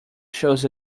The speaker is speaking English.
shows